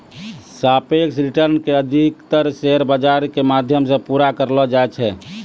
सापेक्ष रिटर्न के अधिकतर शेयर बाजार के माध्यम से पूरा करलो जाय छै